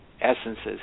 essences